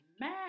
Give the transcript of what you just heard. mad